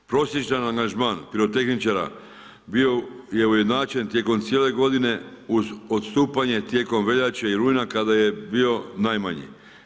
Prosječan angažman pirotehničara bio je ujednačen tijekom cijele godine uz odstupanje tijekom veljače i rujna, kada je bio najmanji.